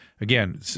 Again